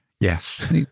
Yes